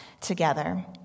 together